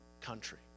country